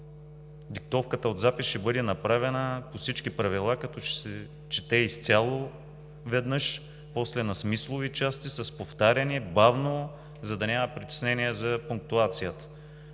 Диктовката от запис ще бъде направена по всички правила, като ще се чете изцяло веднъж, после на смислови части, с повтаряне, бавно, за да няма притеснение за пунктуацията.